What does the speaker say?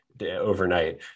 overnight